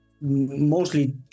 Mostly